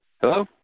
Hello